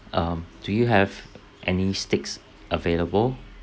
um do you have any steaks available